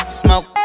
smoke